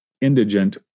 indigent